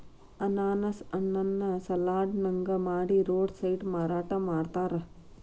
ಅನಾನಸ್ ಹಣ್ಣನ್ನ ಸಲಾಡ್ ನಂಗ ಮಾಡಿ ರೋಡ್ ಸೈಡ್ ಮಾರಾಟ ಮಾಡ್ತಾರ